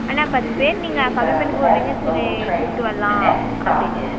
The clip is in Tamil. அண்ணா பத்து பேர் நீங்கள் கம்மி பண்ணி போட்றீங்கன்னு வச்சீன்னே கூப்பிட்டு வரலாம் அப்படிந்தான்